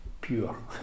pure